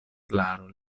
klaro